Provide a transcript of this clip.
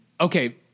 okay